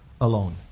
alone